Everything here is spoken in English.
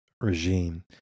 regime